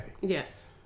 Yes